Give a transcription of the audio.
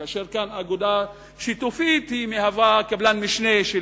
כאשר כאן אגודה שיתופית המהווה קבלן משנה של